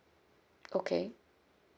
okay